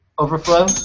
Overflow